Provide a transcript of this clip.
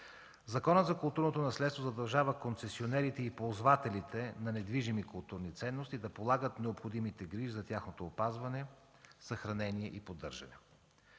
Законът за културното наследство задължава концесионерите и ползвателите на недвижими културни ценности да полагат необходимите грижи за тяхното опазване, съхранение и поддържане.